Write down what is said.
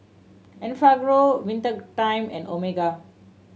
Enfagrow Winter Time and Omega